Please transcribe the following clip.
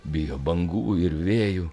bijo bangų ir vėjų